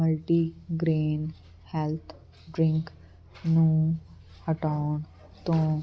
multigrain health drink ਨੂੰ ਹਟਾਉਣ ਤੋਂ